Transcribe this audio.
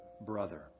brother